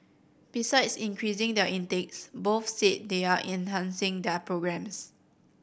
besides increasing their intakes both said they are enhancing their programmes